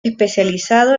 especializado